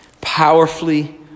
powerfully